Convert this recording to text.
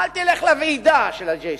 אל תלך לוועידה של ה-J Street,